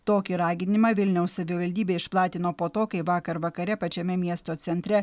tokį raginimą vilniaus savivaldybė išplatino po to kai vakar vakare pačiame miesto centre